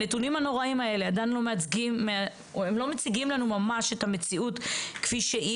הנתונים הנוראיים האלה לא מציגים לנו ממש את המציאות כפי שהיא